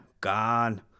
Gone